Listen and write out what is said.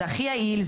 זה הכי יעיל,